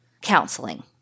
counseling